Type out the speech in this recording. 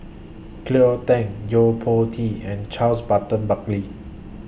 Cleo Thang Yo Po Tee and Charles Burton Buckley